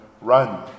run